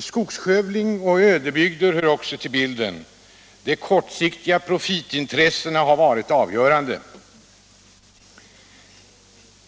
Skogsskövling och ödebygder hör också till bilden. De kortsiktiga profitintressena har fått vara avgörande.